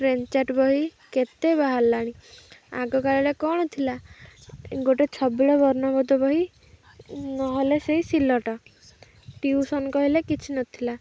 train chart ବହି କେତେ ବାହାରିଲାଣି ଆଗକାଳରେ କ'ଣ ଥିଲା ଗୋଟେ ଛବିଳ ବର୍ଣ୍ଣବୋଧ ବହି ନହେଲେ ସେଇ ସିଲଟ ଟିଉସନ୍ କହିଲେ କିଛି ନଥିଲା